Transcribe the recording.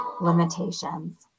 limitations